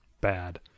bad